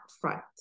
front